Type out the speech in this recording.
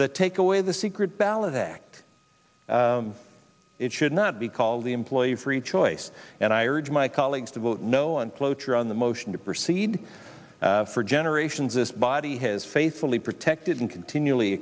the take away the secret ballot act it should not be called the employee free choice and i urge my colleagues to vote no on cloture on the motion to proceed for generations this body has faithfully protected and continually